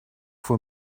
for